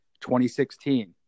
2016